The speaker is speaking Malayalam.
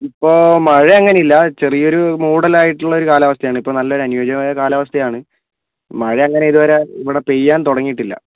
ഇപ്പോൾ മഴ അങ്ങനെയില്ല ചെറിയൊരു മൂടലായിട്ടുള്ളൊരു കാലാവസ്ഥയാണ് ഇപ്പം നല്ലൊരു അനുയോജ്യമായ കാലാവസ്ഥയാണ് മഴ അങ്ങനെ ഇതുവരെ ഇവിടെ പെയ്യാൻ തുടങ്ങിയിട്ടില്ല